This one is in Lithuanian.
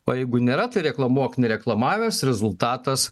o jeigu nėra tai reklamuok nereklamavęs rezultatas